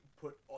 put